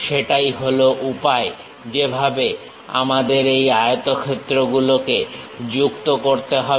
সেটাই হলো উপায় যেভাবে আমাদের এই আয়তক্ষেত্র গুলোকে যুক্ত করতে হবে